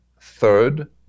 Third